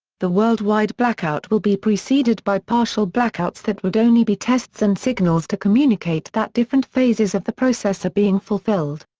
the worldwide blackout will be preceded by partial blackouts that would only be tests and signals to communicate that different phases of the process are being fulfilled.